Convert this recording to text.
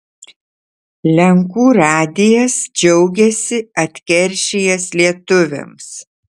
lenkų radijas džiaugiasi atkeršijęs lietuviams